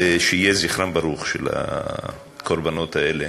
שיהיה זכרם ברוך, של הקורבנות האלה.